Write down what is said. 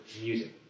music